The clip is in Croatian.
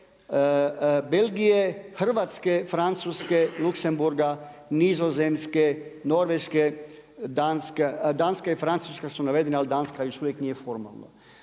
Belgije, Hrvatske, Francuske, Luxembourga, Nizozemske, Norveške, Danska i Francuska su navedena ali Danska još uvijek nije formalno.